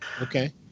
Okay